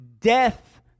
death